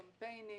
קמפיינים.